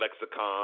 lexicon